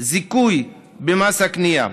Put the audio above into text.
זיכוי במס הקנייה.